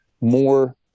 more